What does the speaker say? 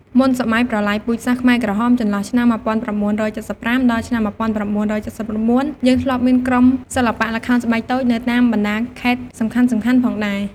មុនសម័យប្រល័យពូជសាសន៍ខ្មែរក្រហម ចន្លោះឆ្នាំ១៩៧៥ ដល់ឆ្នាំ១៩៧៩ យើងធ្លាប់មានក្រុមសិល្បៈល្ខោនស្បែកតូចនៅតាមបណ្តាខេត្តសំខាន់ៗផងដែរ ។